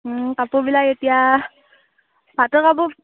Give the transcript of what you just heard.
ওম কাপোৰবিলাক এতিয়া পাটৰ কাপোৰ